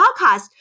podcast